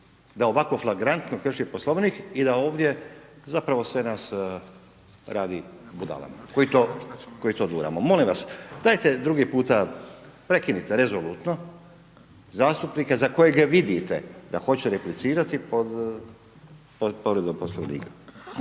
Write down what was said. da ovako flagrantno krši Poslovnik i da ovdje zapravo sve nas radi budalama koji to duramo. Molim vas, dajte drugi puta prekinite rezolutno zastupnika za kojega vidite da hoće replicirati pod povredom Poslovnika.